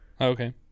okay